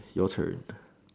your turn